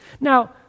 Now